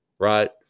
right